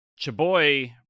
chaboy